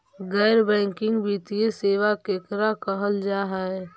गैर बैंकिंग वित्तीय सेबा केकरा कहल जा है?